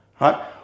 right